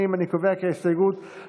קבוצת סיעת יהדות התורה וקבוצת סיעת